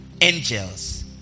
Angels